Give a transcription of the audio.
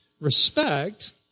respect